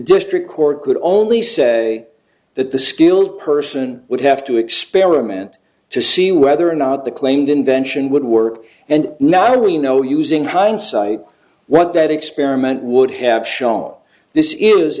district court could only say that the skilled person would have to experiment to see whether or not the claimed invention would work and not only no using hindsight what that experiment would have shown this is